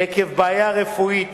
שעקב בעיה רפואית